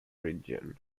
region